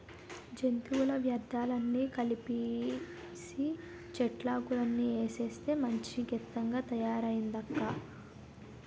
జంతువుల వ్యర్థాలన్నీ కలిపీసీ, చెట్లాకులన్నీ ఏసేస్తే మంచి గెత్తంగా తయారయిందక్కా